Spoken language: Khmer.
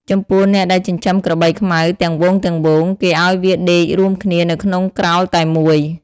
ចំពោះអ្នកដែលចិញ្ចឹមក្របីខ្មៅទាំងហ្វូងៗ គេឱ្យវាដេករួមគ្នានៅក្នុងក្រោលតែមួយ។